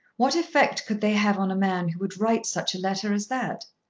what effect could they have on a man who would write such a letter as that?